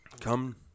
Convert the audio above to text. come